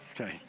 Okay